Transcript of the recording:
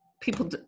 people